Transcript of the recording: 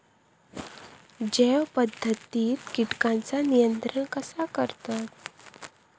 जैव पध्दतीत किटकांचा नियंत्रण कसा करतत?